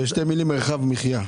מרחב מחייה.